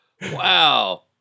Wow